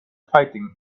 fighting